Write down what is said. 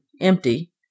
empty